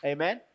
Amen